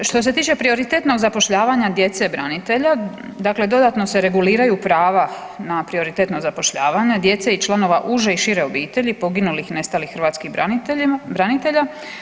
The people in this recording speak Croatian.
Što se tiče prioritetnog zapošljavanja djece branitelja dakle dodatno se reguliraju prava na prioritetno zapošljavanje djece i članova uže i šire obitelji poginulih i nestalih hrvatskih branitelja.